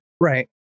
right